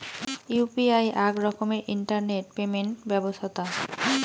UPI আক রকমের internet payment ব্যবছথা